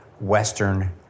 Western